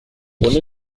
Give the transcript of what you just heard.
ohne